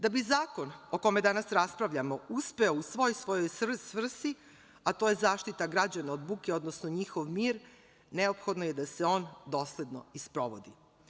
Da bi zakon o kome danas raspravljamo uspeo u svoj svojoj svrsi, a to je zaštita građana od buke, odnosno njihov mir, neophodno je da se on dosledno i sprovodi.